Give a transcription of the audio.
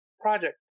Project